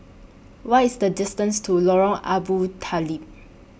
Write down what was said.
What IS The distance to Lorong Abu Talib